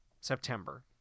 September